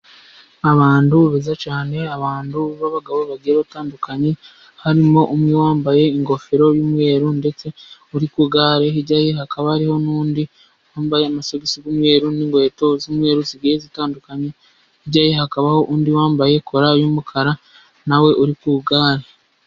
Abantu beza cyane. abantu b'abagabo bagiye batandukanye harimo umwe wambaye ingofero y'umweru ndetse uri kw'igare hirya ye hakaba hariho n'undi wambaye amasogisi y'umweru n'inkweto z'umweru zigiye zitandukanye hirya ye hakabaho undi wambaye kora y'umukara nawe uri kw'igare.